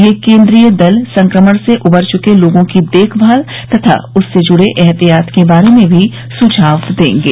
ये केन्द्रीय दल संक्रमण से उबर चुके लोगों की देखभाल तथा उससे जुडे एहतियात के बारे में भी सुझाव देंगे